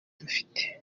dufite